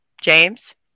james